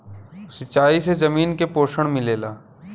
सिंचाई से जमीन के पोषण मिलेला